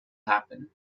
happen